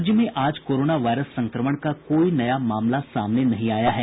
राज्य में आज कोरोना वायरस संक्रमण का कोई नया मामला सामने नहीं आया है